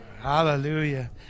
Hallelujah